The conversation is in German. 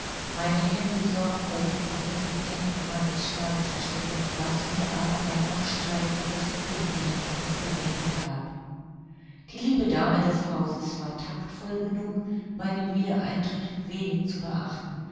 meine hände sorgfältig unter den enden meines shawles versteckend was mir aber ein noch steiferes ungelenkeres benehmen gab die liebe dame des hauses war taktvoll genug meinen wiedereintritt wenig zu beachten